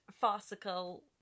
farcical